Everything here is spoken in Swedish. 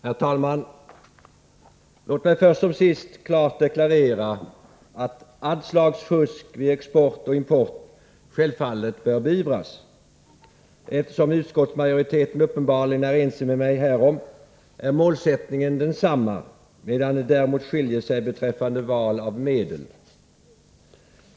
Herr talman! Låt mig först som sist klart deklarera att allt slags fusk vid export och import självfallet bör beivras. Eftersom utskottsmajoriteten uppenbarligen är ense med mig härom, är målsättningen densamma, medan det däremot skiljer sig beträffande val av medel.